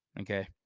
Okay